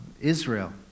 Israel